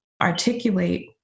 articulate